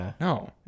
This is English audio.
No